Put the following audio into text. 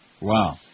Wow